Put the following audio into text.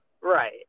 Right